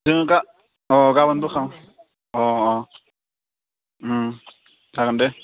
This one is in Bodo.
जोङो दा अ गाबोन बोखां अ अ उम जागोन दे